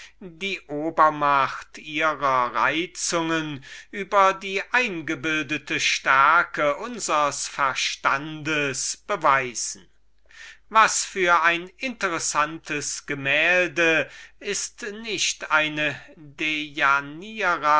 die obermacht ihrer reizungen über die stärke der männlichen weisheit beweisen was für ein interessantes gemälde ist nicht eine